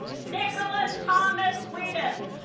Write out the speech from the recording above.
nicholas thomas widen